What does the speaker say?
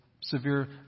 severe